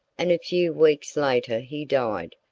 and a few weeks later he died,